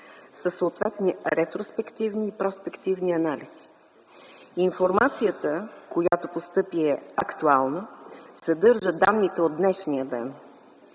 със съответни ретроспективни и проспективни анализи. Информацията, която постъпи, е актуална, съдържа данните от днешния ден